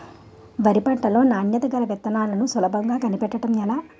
వరి పంట లో నాణ్యత గల విత్తనాలను సులభంగా కనిపెట్టడం ఎలా?